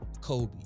Kobe